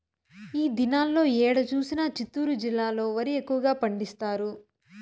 ఈ దినాల్లో ఏడ చూసినా చిత్తూరు జిల్లాలో వరి ఎక్కువగా పండిస్తారు